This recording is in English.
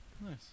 Nice